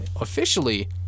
officially